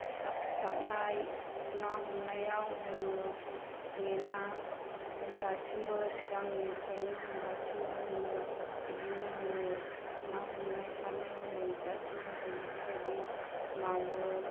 सारनाय ना हमनायाव जोङो जोंनि ना जों दासिमबो सिगांनिफ्रायनो जों दासिमबो जोङो बिदिनो जोङो ना हमनाय सारनायाव जोङो दासिमबो जों बिदि बायदि मावो